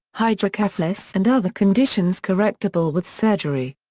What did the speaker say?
hydrocephalus and other conditions correctable with surgery.